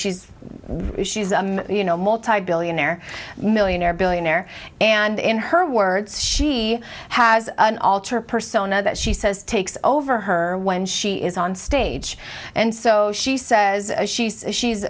she's you know multi billionaire millionaire billionaire and in her words she has an alter persona that she says takes over her when she is on stage and so she says she's she's